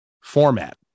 format